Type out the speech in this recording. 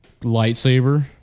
lightsaber